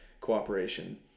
cooperation